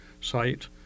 site